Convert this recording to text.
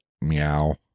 meow